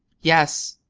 yes!